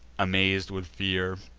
amaz'd with fear,